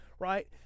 Right